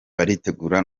baritegura